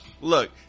look